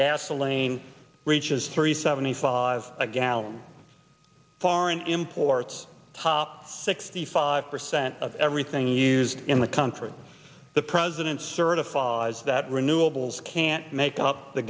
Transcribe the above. gasoline reaches three seventy five a gallon foreign imports top sixty five percent of everything used in the country the president certifies that renewables can't make up the